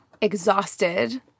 exhausted